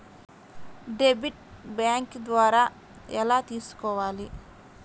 Debit bank ద్వారా ఎలా తీసుకోవాలి?